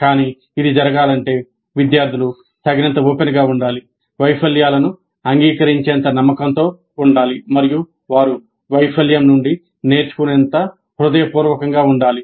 కానీ ఇది జరగాలంటే విద్యార్థులు తగినంత ఓపెన్గా ఉండాలి వైఫల్యాలను అంగీకరించేంత నమ్మకంతో ఉండాలి మరియు వారు వైఫల్యం నుండి నేర్చుకునేంత హృదయపూర్వకంగా ఉండాలి